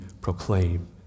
proclaim